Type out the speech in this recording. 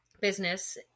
business